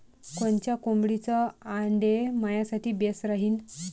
कोनच्या कोंबडीचं आंडे मायासाठी बेस राहीन?